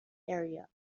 area